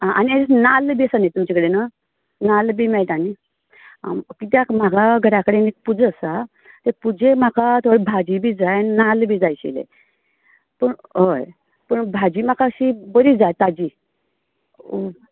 आनी नाल्ल बी आसा न्ही तुमचे कडेन नाल्ल बीन मेळटा न्ही आं कित्याक म्हाका घरा कडेन पूजा आसा पूजेक म्हाका भाजी बी जाय आनी नाल्ल बी जाय आशिल्ले पूण होय पूण भाजी म्हाका अशीं बरी जाय ताजी